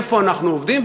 איפה אנחנו עומדים,